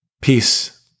Peace